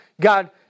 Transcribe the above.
God